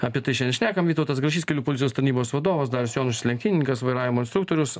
apie tai šiandien šnekam vytautas grašys kelių policijos tarnybos vadovas darius jonušis lenktynininkas vairavimo instruktorius